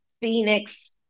Phoenix